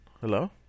Hello